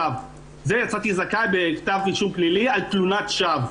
יצאתי זכאי בכתב אישום פלילי על תלונת שווא.